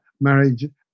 marriage